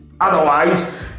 otherwise